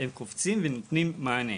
והם קופצים ונותנים מענה.